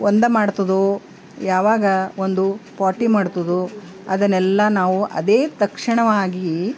ಒಂದ ಮಾಡುತ್ತೋ ಯಾವಾಗ ಒಂದು ಪಾಟಿ ಮಾಡುತ್ತೋ ಅದನ್ನೆಲ್ಲ ನಾವು ಅದೇ ತಕ್ಷಣವಾಗಿ